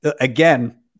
again